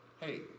hey